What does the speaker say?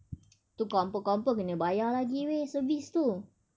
tu confirm confirm kena bayar lagi eh service tu